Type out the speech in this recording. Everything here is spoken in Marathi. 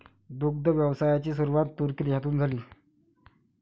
दुग्ध व्यवसायाची सुरुवात तुर्की देशातून झाली